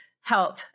help